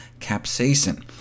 capsaicin